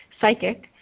psychic